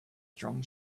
strong